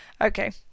Okay